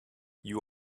you